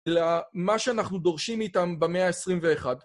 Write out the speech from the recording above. למה שאנחנו דורשים איתם במאה ה-21.